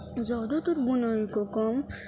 زیادہ تر بنائی کا کام